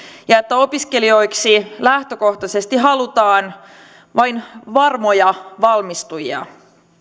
ja että opiskelijoiksi lähtökohtaisesti halutaan vain varmoja valmistujia